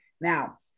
Now